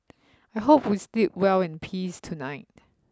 I hope we sleep well in peace tonight